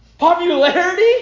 Popularity